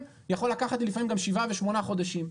יכול לקחת לפעמים גם שבעה ושמונה חודשים.